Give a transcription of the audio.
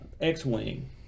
X-Wing